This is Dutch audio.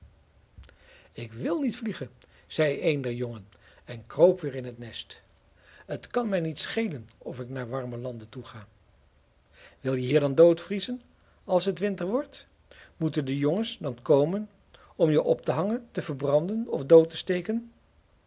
ik wil niet vliegen zei een der jongen en kroop weer in het nest het kan mij niet schelen of ik naar de warme landen toe ga wil je hier dan doodvriezen als het winter wordt moeten de jongens dan komen om je op te hangen te verbranden of dood te steken